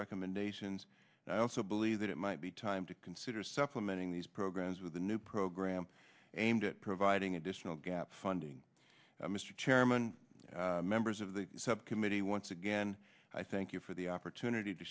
recommendations and i also believe that it might be time to consider supplementing these programs with a new program aimed at providing additional gap funding mr chairman and members of the subcommittee once again i thank you for the opportunity to